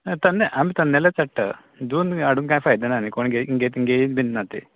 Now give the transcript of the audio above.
हय तन्ने आमी तन्नेलेच काडटा जून बी हाडून कांय फायदो ना न्ही कोण घेयत बीन ना ते